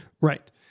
Right